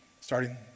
starting